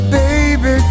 baby